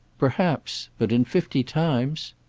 perhaps. but in fifty times!